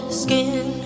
skin